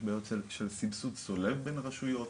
יש בעיות של סבסוד צולב בין הרשויות